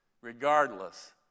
Regardless